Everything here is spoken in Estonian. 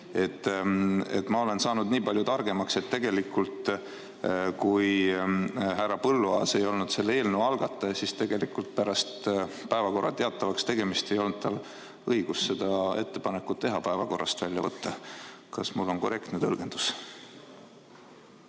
ma olen saanud nii palju targemaks, et tegelikult, kui härra Põlluaas ei olnud selle eelnõu algataja, siis ei olnud tal pärast päevakorra teatavaks tegemist õigust teha ettepanekut eelnõu päevakorrast välja võtta. Kas mul on korrektne tõlgendus?